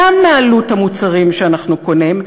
גם מעלות המוצרים שאנחנו קונים,